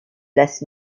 less